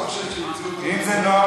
מה, אתה חושב שהם המציאו את זה, זה הנוהל?